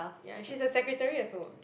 ya she's a secretary also